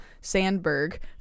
Sandberg